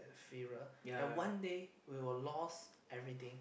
inferior and one day we will lost everything